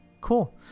Cool